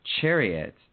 chariot